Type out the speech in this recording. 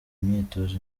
imyitozo